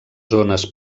zones